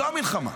זאת המלחמה.